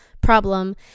problem